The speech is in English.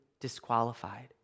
disqualified